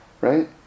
Right